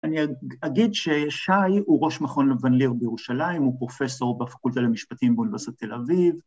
אני אגיד ששי הוא ראש מכון לבנליר בירושלים, הוא פרופסור בפקולטה למשפטים באוניברסיטת תל אביב